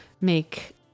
make